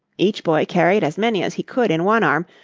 each boy carried as many as he could in one arm,